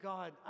God